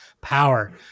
power